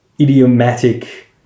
idiomatic